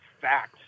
facts